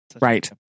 Right